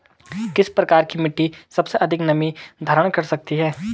किस प्रकार की मिट्टी सबसे अधिक नमी धारण कर सकती है?